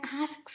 asks